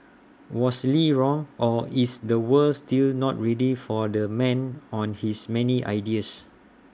was lee wrong or is the world still not ready for the man on his many ideas